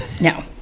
no